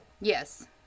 Yes